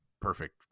perfect